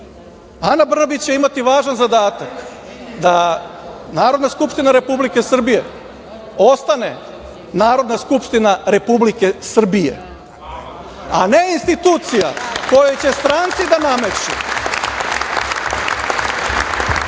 Brnabić će imati važan zadatak da Narodna skupština Republike Srbije ostane Narodna skupština Republike Srbije, a ne institucija kojoj će stranci da nameću